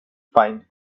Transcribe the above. find